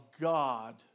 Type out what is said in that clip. God